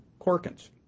Corkins